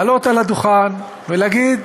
לעלות על הדוכן ולהגיד: